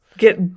get